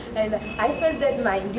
and i felt that my